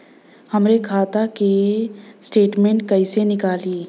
हमरे खाता के स्टेटमेंट कइसे निकली?